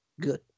good